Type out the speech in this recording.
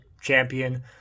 champion